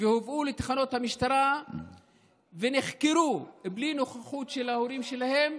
והובאו לתחנות המשטרה ונחקרו בלי נוכחות של ההורים שלהם,